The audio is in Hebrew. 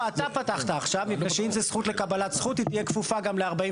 אתה פתחת עכשיו מפני שאם זו זכות לקבלת זכות היא תהיה כפופה גם ל ---,